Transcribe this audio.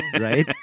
Right